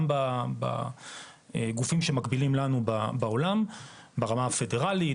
גם בגופים שמקבילים לנו בעולם ברמה הפדרלית,